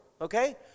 okay